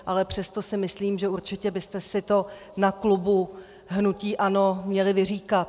Ale přesto si myslím, že určitě byste si to na klubu hnutí ANO měli vyříkat.